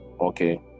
Okay